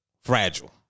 fragile